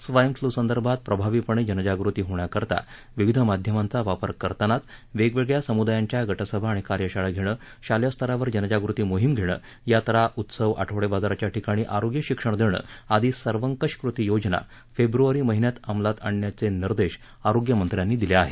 swine flu संदर्भात प्रभावीपण जनजागृती होण्याकरता विविध माध्यमांचा वापर करतानाच वेगवेगळ्या समुदायांच्या गटसभा आणि कार्यशाळा घेणं शालेय स्तरावर जनजागृती मोहिम घेणं यात्रा उत्सव आठवडे बाजाराच्या ठिकाणी आरोग्य शिक्षण देणं आदी सर्वंकष कृती योजना फेब्रवारी महिन्यात अंमलात आणण्याची निर्देश आरोग्यमंत्र्यांनी दिले आहेत